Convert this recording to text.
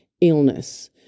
illness